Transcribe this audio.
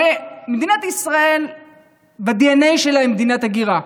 הרי מדינת ישראל בדנ"א שלה היא מדינת הגירה.